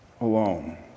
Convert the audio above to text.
alone